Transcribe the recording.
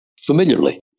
familiarly